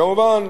כמובן,